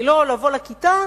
היא לא לבוא לכיתה